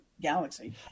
galaxy